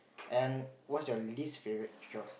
and what's your least favourite chores